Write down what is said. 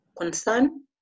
concern